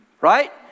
Right